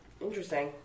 Interesting